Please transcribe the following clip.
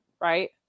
right